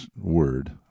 word